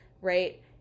Right